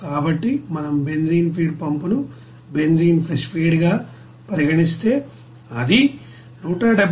కాబట్టి మనం benzene feed pump ను బెంజీన్ ఫ్రెష్ ఫీడ్ గా పరిగణిస్తే అది 178